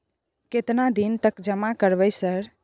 केतना दिन तक जमा करबै सर?